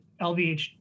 LVH